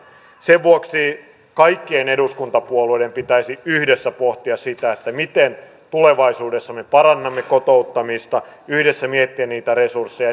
sen vuoksi kaikkien eduskuntapuolueiden pitäisi yhdessä pohtia sitä miten tulevaisuudessa me parannamme kotouttamista yhdessä miettiä niitä resursseja